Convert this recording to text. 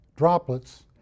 droplets